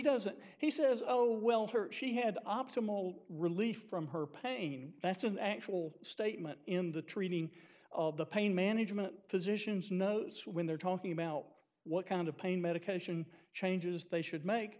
doesn't he says oh well her she had optimal relief from her pain that's an actual statement in the treating of the pain management physicians knows when they're talking about what kind of pain medication changes they should make